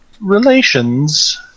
relations